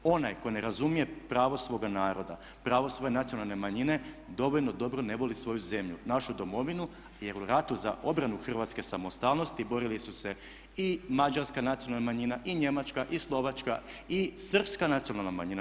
Onaj tko ne razumije pravo svoga naroda, pravo svoje nacionalne manjine dovoljno dobro ne voli svoju zemlju, našu domovinu jer u ratu za obrane hrvatske samostalnosti borili su se i mađarska nacionalna manjina i njemačka i slovačka i srpska nacionalna manjina.